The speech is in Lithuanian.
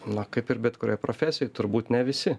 na kaip ir bet kurioj profesijoj turbūt ne visi